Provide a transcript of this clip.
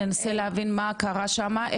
ננסה להבין מה קרה שם,